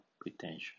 pretension